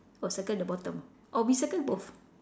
or circle the bottom or we circle both